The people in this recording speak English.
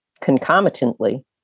concomitantly